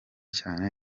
cyane